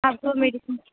آپ کو میڈیسن